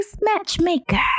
matchmaker